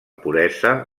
puresa